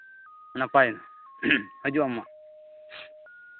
ᱱᱟᱯᱟᱭᱱᱟ ᱦᱤᱡᱩᱜ ᱟᱢ ᱦᱟᱸᱜ